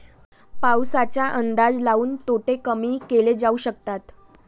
पाऊसाचा अंदाज लाऊन तोटे कमी केले जाऊ शकतात